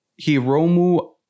Hiromu